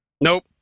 Nope